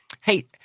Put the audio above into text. Hey